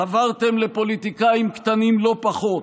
חברתם לפוליטיקאים קטנים לא פחות,